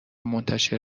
منتشر